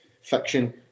fiction